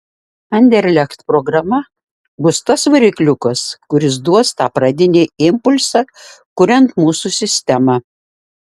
anderlecht programa bus tas varikliukas kuris duos tą pradinį impulsą kuriant mūsų sistemą